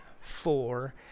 four